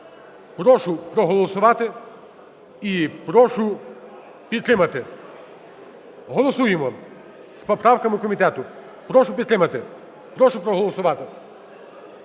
Прошу проголосувати і прошу підтримати. Голосуємо з поправками комітету. Прошу підтримати. Прошу проголосувати.